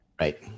right